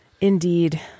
Indeed